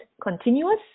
continuous